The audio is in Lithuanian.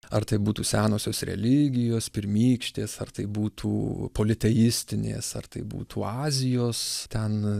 ar tai būtų senosios religijos pirmykštės ar tai būtų politeistinės ar tai būtų azijos ten